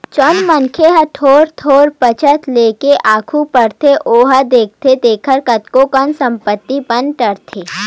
जउन मनखे ह थोक थोक बचत लेके आघू बड़थे ओहा देखथे देखत कतको कन संपत्ति बना डरथे